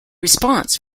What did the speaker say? response